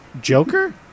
Joker